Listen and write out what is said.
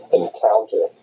encounter